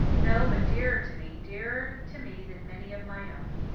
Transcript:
no, but dearer to me dearer to me than many of my own.